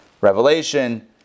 Revelation